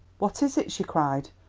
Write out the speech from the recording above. what is it? she cried.